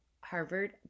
Harvard